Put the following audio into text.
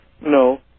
No